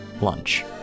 lunch. ¶¶